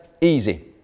Easy